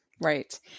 right